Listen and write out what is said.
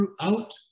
throughout